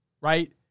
right